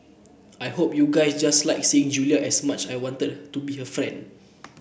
I hope you guys just liked seeing Julia as much I wanted to be her friend